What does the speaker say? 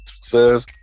says